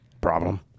problem